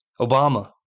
Obama